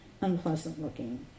unpleasant-looking